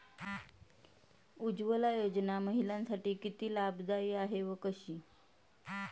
उज्ज्वला योजना महिलांसाठी किती लाभदायी आहे व कशी?